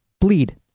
bleed